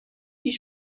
die